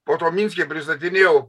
po to minske pristatinėjau